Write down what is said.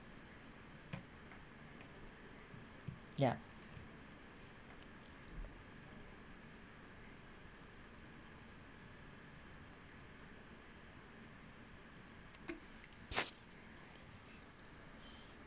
ya